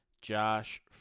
Josh